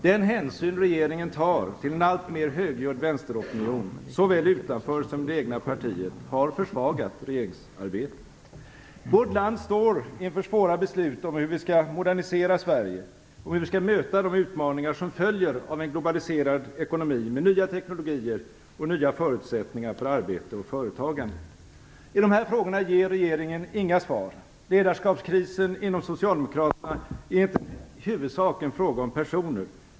Den hänsyn regeringen tar till en alltmer högljudd vänsteropinion, såväl utanför som inom det egna partiet, har försvagat regeringsarbetet. Vårt land står inför svåra beslut om hur vi skall modernisera Sverige och om hur vi skall möta de utmaningar som följer av en globaliserad ekonomi med nya teknologier och nya förutsättningar för arbete och företagande. På de här frågorna ger regeringen inga svar. Ledarskapskrisen inom Socialdemokraterna är inte i huvudsak en fråga om personer.